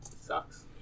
sucks